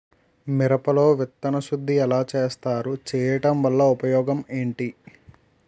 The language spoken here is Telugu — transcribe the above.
మిరప లో విత్తన శుద్ధి ఎలా చేస్తారు? చేయటం వల్ల ఉపయోగం ఏంటి?